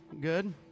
good